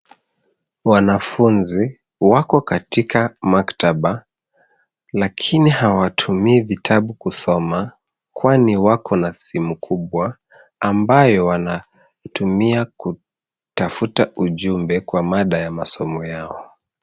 Wanafunzi wako katika maktaba lakini hawatumii vitabu kusoma kwani wako na simu mkubwa ambayo wanaitumia kutafuta ujumbe kwa mada ya masomo yao.